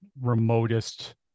remotest